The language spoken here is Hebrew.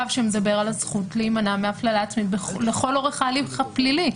שמדבר על הזכות להימנע מהפללה עצמית לכל אורך ההליך הפלילי.